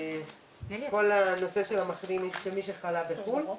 כל הנושא של מי שחלה בחוץ לארץ